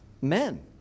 men